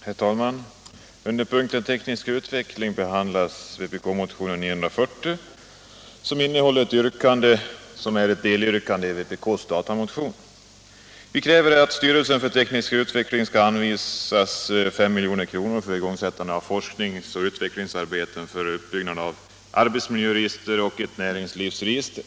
Herr talman! Under rubriken Teknisk utveckling m.m. behandlas vpkmotionen 940, vilken innehåller ett yrkande som är ett delyrkande i vpk:s datamotion. Vi kräver att STU skall anvisas 5 milj.kr. för igångsättande av forskningsoch utvecklingsarbeten för uppbyggnad av arbetsmiljöregister och näringslivsregister.